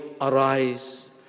arise